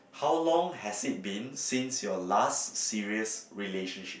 how long has it been since your last serious relationship